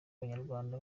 abanyarwanda